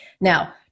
Now